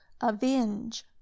avenge